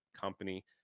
company